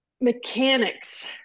mechanics